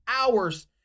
hours